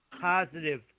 positive